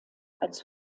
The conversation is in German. als